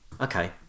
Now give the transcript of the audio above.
Okay